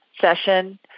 session